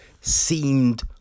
Seemed